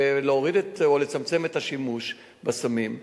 להוריד או לצמצם את השימוש בסמים.